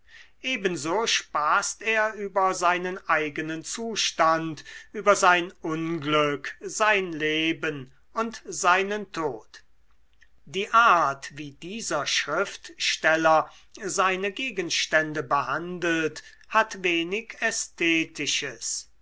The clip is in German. ebenso spaßt er über seinen eignen zustand über sein unglück sein leben und seinen tod die art wie dieser schriftsteller seine gegenstände behandelt hat wenig ästhetisches